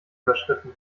überschritten